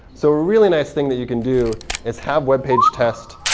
so a really nice thing that you can do is have web page test